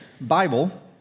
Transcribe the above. Bible